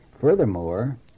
Furthermore